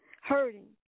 hurting